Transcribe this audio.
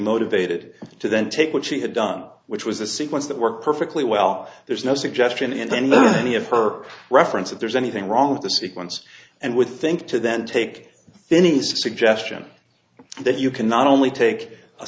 motivated to then take what she had done which was a sequence that worked perfectly well there's no suggestion and then there's any of her reference if there's anything wrong with the sequence and would think to then take any suggestion that you can not only take a